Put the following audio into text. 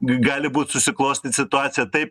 gali būt susiklostyt situacija taip